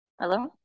Hello